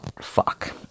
Fuck